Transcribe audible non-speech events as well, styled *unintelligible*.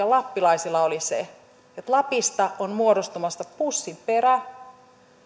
*unintelligible* lappilaisilla oli oli se että lapista on muodostumassa pussinperä